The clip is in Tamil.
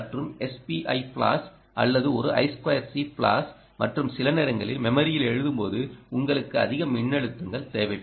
மற்றும் SPI ஃபிளாஷ் அல்லது ஒரு I2c ஃபிளாஷ் மற்றும் சில நேரங்களில் மெமரியில் எழுதும் போது உங்களுக்கு அதிக மின்னழுத்தங்கள் தேவைப்படும்